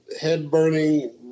head-burning—